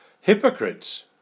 hypocrites